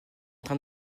train